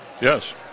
Yes